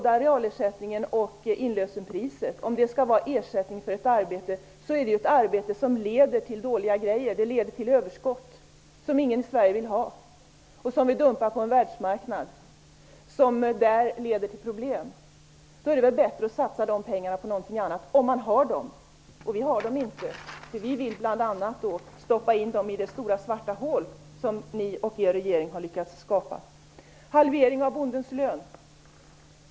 Arealersättningen och inlösenpriset är en ersättning för ett arbete som leder till något dåligt. Det leder till överskott. Det vill ingen i Sverige ha. Överskottet dumpar vi på en världsmarknad. Där leder det till problem. Det är bättre att satsa de pengarna på någonting annat -- om pengarna finns. Vi har dem inte. Vi vill bl.a. stoppa in dem i det stora svarta hål som ni och er regering har lyckats skapa. Lennart Brunander talar om en halvering av bondens lön.